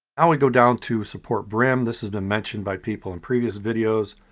now we go down to support brim. this has been mentioned by people in previous videos.